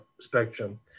spectrum